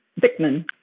Bickman